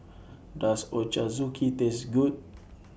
Does Ochazuke Taste Good